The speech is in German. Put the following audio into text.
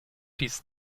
dies